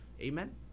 Amen